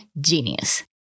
genius